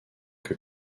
que